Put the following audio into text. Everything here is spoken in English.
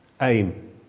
aim